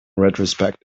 retrospect